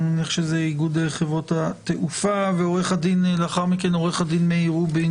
אני מניח שזה איגוד חברות התעופה לאחר מכן עורך הדין מאיר רובין